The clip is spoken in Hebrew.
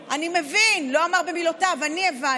לא אמר לי במילותיו, אני הבנתי,